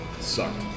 sucked